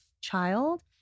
child